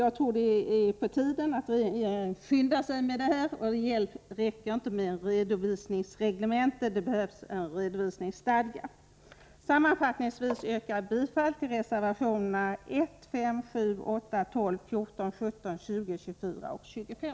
Jag tror det är på tiden att regeringen skyndar sig med detta. Det räcker heller inte med ett redovisningsreglemente, utan det behövs en redovisningsstadga. Sammanfattningsvis yrkar jag bifall till reservationerna 1, 5, 7, 8, 12, 14, 17, 20, 24 och 25.